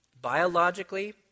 biologically